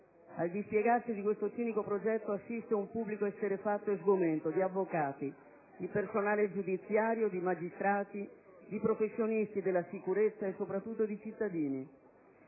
Al dispiegarsi di questo cinico progetto assiste un pubblico esterrefatto e sgomento di avvocati, di personale giudiziario, di magistrati, di professionisti della sicurezza e soprattutto di cittadini.